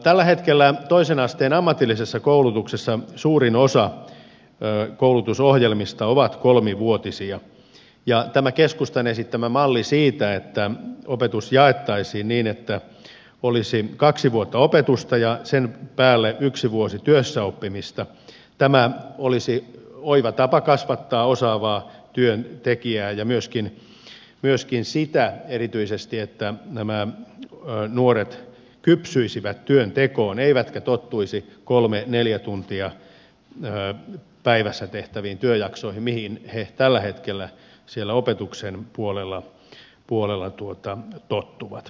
tällä hetkellä toisen asteen ammatillisessa koulutuksessa suurin osa koulutusohjelmista on kolmivuotisia ja tämä keskustan esittämä malli siitä että opetus jaettaisiin niin että olisi kaksi vuotta opetusta ja sen päälle yksi vuosi työssäoppimista olisi oiva tapa kasvattaa osaavia työntekijöitä ja myöskin erityisesti niin että nämä nuoret kypsyisivät työntekoon eivätkä tottuisi kolme neljä tuntia päivässä tehtäviin työjaksoihin mihin he tällä hetkellä siellä opetuksen puolella tottuvat